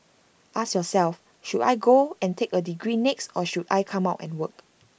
ask yourself should I go and take A degree next or should I come out and work